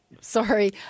sorry